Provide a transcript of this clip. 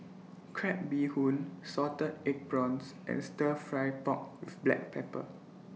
Crab Bee Hoon Salted Egg Prawns and Stir Fry Pork with Black Pepper